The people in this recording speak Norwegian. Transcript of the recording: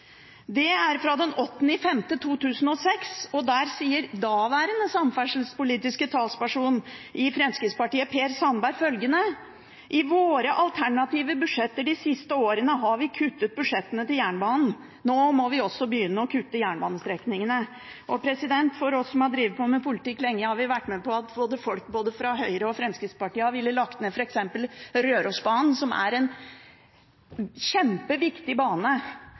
med Nationen fra den 8. mai 2006. Der sier daværende samferdselspolitiske talsperson i Fremskrittspartiet, Per Sandberg, følgende: «I våre alternative statsbudsjetter de siste årene, har vi kuttet i budsjettene til jernbanen. Nå må vi begynne å se på hvor vi skal kutte på jernbanen.» Vi som har drevet med politikk lenge, har vært med på at folk fra både Høyre og Fremskrittspartiet har villet legge ned f.eks. Rørosbanen, som er en kjempeviktig bane